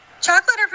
Chocolate